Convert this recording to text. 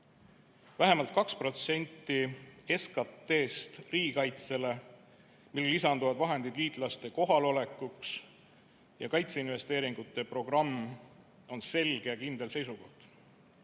Vähemalt 2% SKT‑st riigikaitsele, millele lisanduvad vahendid liitlaste kohalolekuks, ja kaitseinvesteeringute programm on selge ja kindel seisukoht.